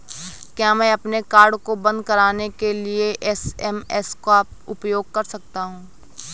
क्या मैं अपने कार्ड को बंद कराने के लिए एस.एम.एस का उपयोग कर सकता हूँ?